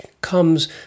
comes